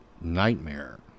nightmare